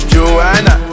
Joanna